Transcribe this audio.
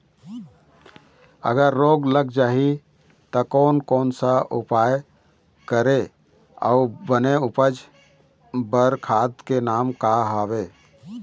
अगर रोग लग जाही ता कोन कौन सा उपाय करें अउ बने उपज बार खाद के नाम का हवे?